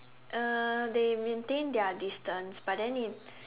uh they maintained their distance but then it's